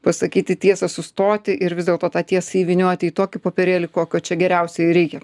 pasakyti tiesą sustoti ir vis dėlto tą tiesą įvynioti į tokį popierėlį kokio čia geriausiai reikia